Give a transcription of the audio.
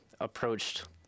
approached